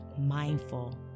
mindful